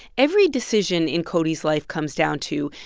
every decision in cody's life comes down to,